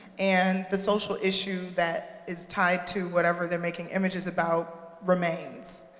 and the social issue that is tied to whatever they're making images about remains.